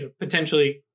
potentially